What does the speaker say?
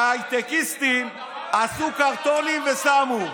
ההייטקיסטים עשו קרטונים ושמו.